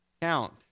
count